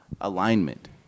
alignment